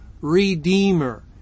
redeemer